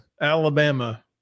Alabama